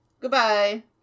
Goodbye